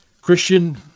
Christian